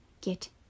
get